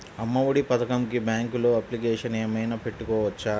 అమ్మ ఒడి పథకంకి బ్యాంకులో అప్లికేషన్ ఏమైనా పెట్టుకోవచ్చా?